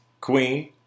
queen